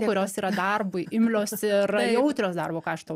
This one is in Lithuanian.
kurios yra darbui imlios ir jautrios darbo kaštų